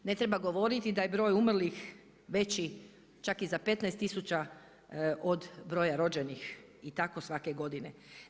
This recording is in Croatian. Ne treba govoriti da je broj umrlih veći čak i za 15 tisuća od broja rođenih i tako svake godine.